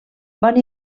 van